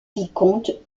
vicomtes